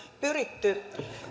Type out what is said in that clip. pyritty